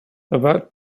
about